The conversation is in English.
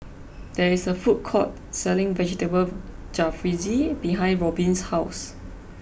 there is a food court selling Vegetable Jalfrezi behind Robyn's house